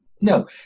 No